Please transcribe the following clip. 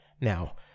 Now